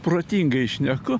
protingai šneku